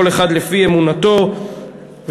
כל אחד לפי אמונתו והשקפתו,